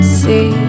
see